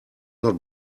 not